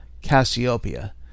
Cassiopeia